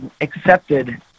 accepted